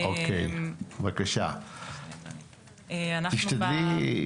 אדוני, תרדו פעם אחת לשטח, אנחנו לא מספרים.